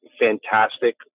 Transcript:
fantastic